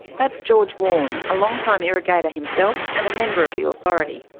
that's george warne, a long-time irrigator himself, and a member of the authority.